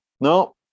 no